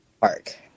park